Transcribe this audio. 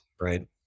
right